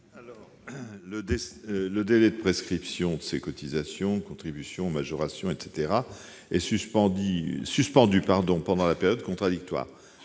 Le délai de prescription des cotisations, contributions, majorations et pénalités de retard est suspendu pendant la période contradictoire.